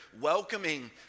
welcoming